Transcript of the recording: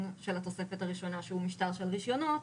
של התוספת הראשונה שהוא משטר של רישיונות,